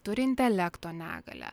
turi intelekto negalią